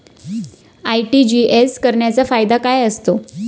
RTGS करण्याचा फायदा काय होतो?